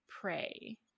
pray